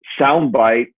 soundbite